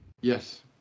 Yes